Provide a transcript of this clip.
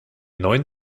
neun